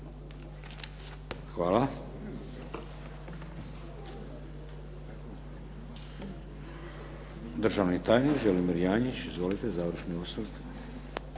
Hvala. Državni tajnik Želimir Janjić završni osvrt.